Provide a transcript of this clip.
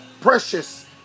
precious